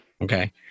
Okay